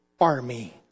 army